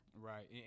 right